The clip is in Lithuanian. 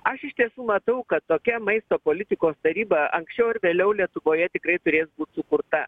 aš iš tiesų matau kad tokia maisto politikos taryba anksčiau ar vėliau lietuvoje tikrai turės būt sukurta